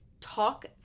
Talk